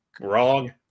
wrong